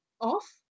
off